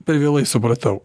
per vėlai supratau